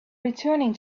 returning